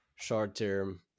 Short-term